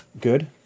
Good